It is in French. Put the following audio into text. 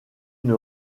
une